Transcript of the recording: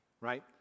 right